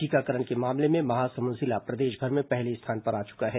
टीकाकरण के मामले में महासमुंद जिला प्रदेशभर में पहले स्थान पर आ चुका है